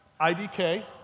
IDK